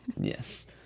Yes